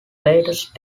latest